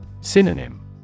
Synonym